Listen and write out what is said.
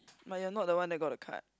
but you're not the one that got the card